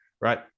right